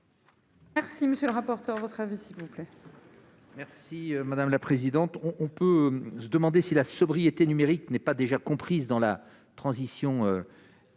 Merci, monsieur le rapporteur, votre avis s'il vous plaît. Merci madame la présidente, on on peut se demander si la sobriété numérique n'est pas déjà comprise dans la transition écologique,